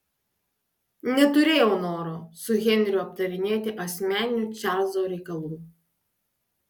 neturėjau noro su henriu aptarinėti asmeninių čarlzo reikalų